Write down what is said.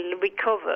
recover